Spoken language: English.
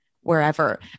wherever